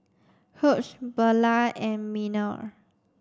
Hughe Beula and Miner